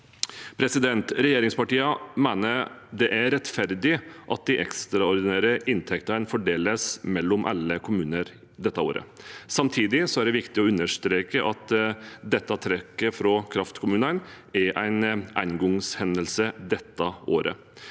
behandlet. Regjeringspartiene mener det er rettferdig at de ekstraordinære inntektene fordeles mellom alle kommuner dette året. Samtidig er det viktig å understreke at dette trekket fra kraftkommunene er en engangshendelse dette året.